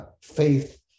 faith